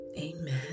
Amen